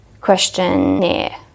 questionnaire